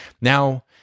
Now